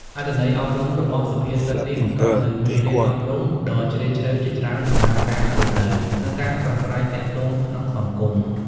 អត្ថន័យអប់រំរបស់សុភាសិតនេះបង្កប់នូវមេរៀនអប់រំដ៏ជ្រាលជ្រៅជាច្រើនសម្រាប់ការរស់នៅ និងការប្រាស្រ័យទាក់ទងក្នុងសង្គម